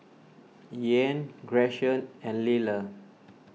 Ian Gretchen and Liller